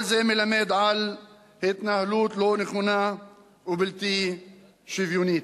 כל זה מלמד על התנהלות לא נכונה ובלתי שוויונית.